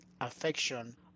affection